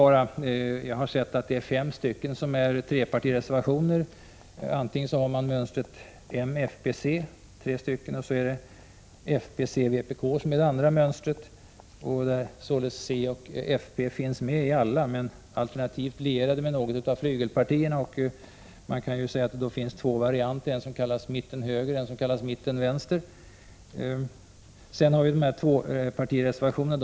Fem reservationer är trepartireservationer. Antingen har man mönstret m + fp + c eller också fp + c + vpk. C och fp finns alltså med i båda mönstren, alternativt lierat med något av flygelpartierna. Då kan man säga att det finns två varianter, en som kallas mitten-höger och en som kallas mitten-vänster. Sedan har vi tvåpartireservationerna.